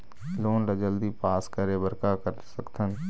Loan ला जल्दी pass करे बर का कर सकथन?